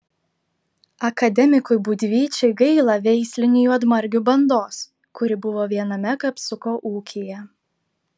akademikui būdvyčiui gaila veislinių juodmargių bandos kuri buvo viename kapsuko ūkyje